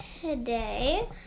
today